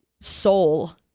soul